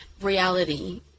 reality